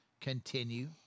continue